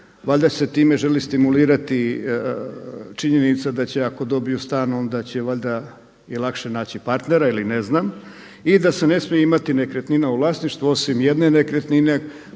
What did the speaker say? Valjda se time želi stimulirati činjenica da će ako dobiju stan onda će valjda i lakše naći partnera ili ne znam i da se ne smije imati nekretnina u vlasništvu osim jedne nekretnine koja